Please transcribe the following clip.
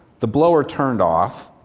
the blower turned off,